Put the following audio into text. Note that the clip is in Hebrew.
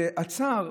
ועצר,